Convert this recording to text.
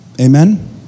Amen